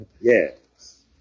Yes